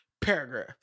paragraph